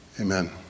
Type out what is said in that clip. Amen